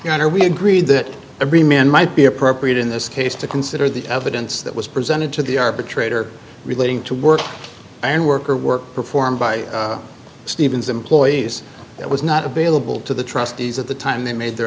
honor we agreed that every man might be appropriate in this case to consider the evidence that was presented to the arbitrator relating to work and work or work performed by stevens employees that was not available to the trustees at the time they made their